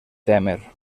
témer